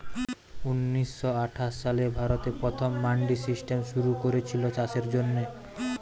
ঊনিশ শ আঠাশ সালে ভারতে প্রথম মান্ডি সিস্টেম শুরু কোরেছিল চাষের জন্যে